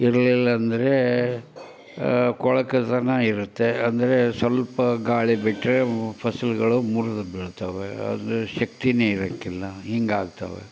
ಇರ್ಲಿಲ್ಲ ಅಂದರೆ ಕೊಳಕುತನ ಇರುತ್ತೆ ಅಂದರೆ ಸ್ವಲ್ಪ ಗಾಳಿ ಬಿಟ್ಟರೆ ಫಸಲುಗಳು ಮುರ್ದು ಬೀಳ್ತವೆ ಅದು ಶಕ್ತಿಯೇ ಇರೋಕ್ಕಿಲ್ಲ ಹಿಂಗೆ ಆಗ್ತವೆ